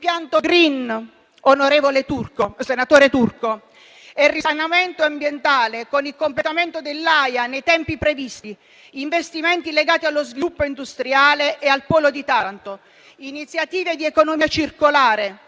risanamento ambientale con il completamento dell'AIA nei tempi previsti; investimenti legati allo sviluppo industriale e al polo di Taranto; iniziative di economia circolare;